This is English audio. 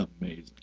amazing